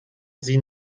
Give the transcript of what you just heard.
sie